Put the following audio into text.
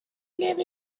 live